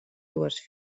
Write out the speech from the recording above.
dues